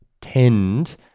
tend